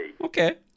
Okay